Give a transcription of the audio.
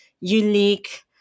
unique